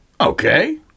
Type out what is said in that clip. Okay